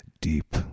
Deep